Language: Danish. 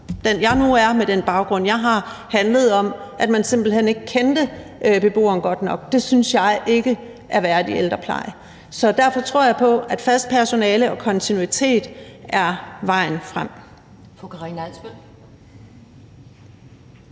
den, jeg nu er, og med den baggrund, jeg har, handlede om, at man simpelt hen ikke kendte beboeren godt nok, og det synes jeg ikke er værdig ældrepleje. Så derfor tror jeg på, at et fast personale og kontinuitet er vejen frem.